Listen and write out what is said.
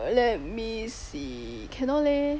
err let me see cannot leh